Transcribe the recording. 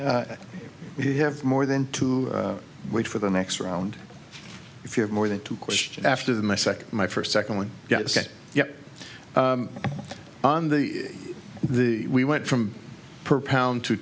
we have more than to wait for the next round if you have more than two questions after the my second my first second one said yeah on the the we went from per pound to